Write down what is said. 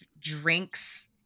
drinks